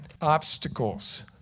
obstacles